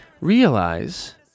realize